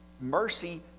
Mercy